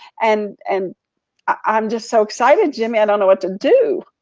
and and i'm just so excited jimmy, i don't know what to do.